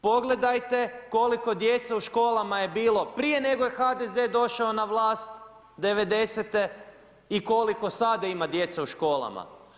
Pogledajte koliko djece u školama je bilo prije nego je HDZ došao na vlast '90.-te i koliko sada ima djece u školama.